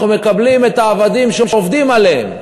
אנחנו מקבלים את העבדים שעובדים עליהם,